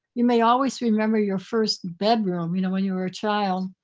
you may always remember your first bedroom, you know, when you were a child,